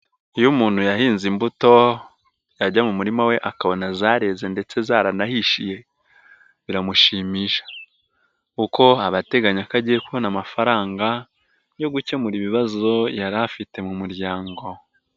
Iyo umuntu yahinze imbuto yajya mu murima we akabona zareze ndetse zaranahishiye biramushimisha kuko aba ateganya ko agiye kubona amafaranga, yo gukemura ibibazo yari afite mu muryango.